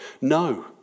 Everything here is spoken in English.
No